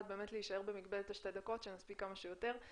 להשאר במגבלת שתי הדקות שנספיק כמה שיותר.